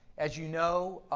as you know,